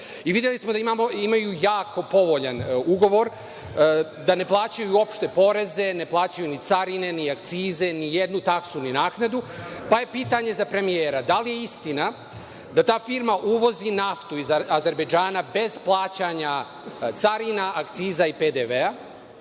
smo da imaju jako povoljan ugovor, da ne plaćaju uopšte poreze, ne plaćaju ni carine, ni akcize, ni jednu taksu, ni naknadu, pa je pitanje za premijera - da li je istina da ta firma uvozi naftu iz Azerbejdžana bez plaćanja carina, akciza i PDV?